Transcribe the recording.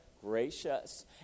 Gracious